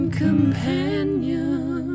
companion